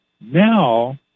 Now